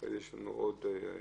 אחרי זה יש לנו עוד הצעה,